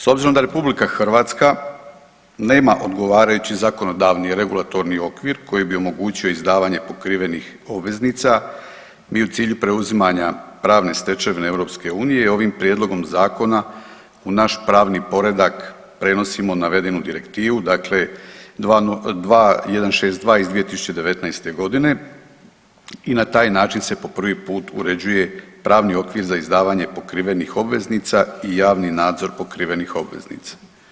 S obzirom da RH nema odgovarajući zakonodavni regulatorni okvir koji bi omogućio izdavanje pokrivenih obveznica, mi u cilju preuzimanja pravne stečevine EU i ovim Prijedlogom zakona u naš pravni poredak prenosimo navedenu Direktivu, dakle 2162 iz 2019. g. i na taj način se po prvi put uređuje pravni okvir za izdavanje pokrivenih obveznica i javni nadzor pokrivenih obveznica.